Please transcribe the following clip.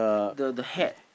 the the hat